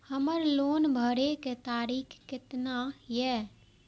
हमर लोन भरे के तारीख केतना ये?